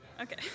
Okay